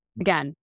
again